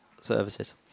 services